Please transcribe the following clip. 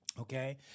Okay